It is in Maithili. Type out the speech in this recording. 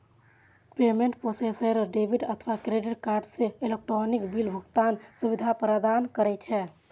पेमेंट प्रोसेसर डेबिट अथवा क्रेडिट कार्ड सं इलेक्ट्रॉनिक बिल भुगतानक सुविधा प्रदान करै छै